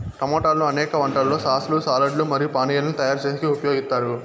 టమోటాలను అనేక వంటలలో సాస్ లు, సాలడ్ లు మరియు పానీయాలను తయారు చేసేకి ఉపయోగిత్తారు